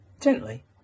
gently